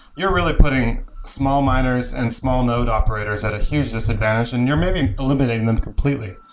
you're really putting small miners and small node operators at a huge disadvantage and you're maybe eliminating them completely.